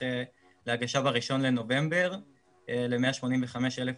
להגשה ב-1 בנובמבר ל-185,000 עסקים.